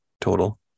total